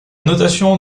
notation